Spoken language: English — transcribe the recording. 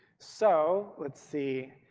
so let's see.